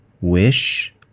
wish